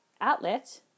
outlet